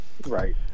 Right